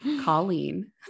Colleen